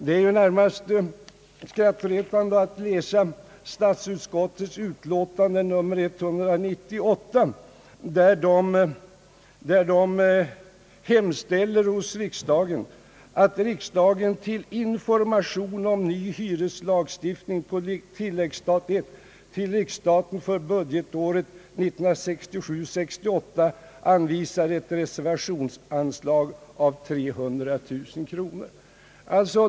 Det är närmast skrattretande att läsa statsutskottets utlåtande nr 198, i vilket utskottet hemställer att riksdagen för information om ny lagstiftning skall på tilläggsstat I till riksstaten för budgetåret 1967/68 anvisa ett reservationsanslag av 300 000 kronor.